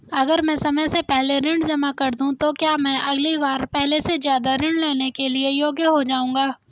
अगर मैं समय से पहले ऋण जमा कर दूं तो क्या मैं अगली बार पहले से ज़्यादा ऋण लेने के योग्य हो जाऊँगा?